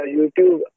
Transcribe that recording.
YouTube